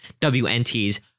WNT's